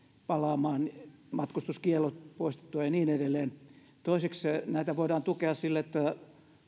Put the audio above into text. palaamaan matkustuskiellot poistettua ja niin edelleen toisekseen näitä voidaan tukea sillä tavalla että